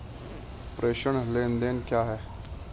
प्रेषण लेनदेन क्या है?